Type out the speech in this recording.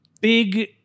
big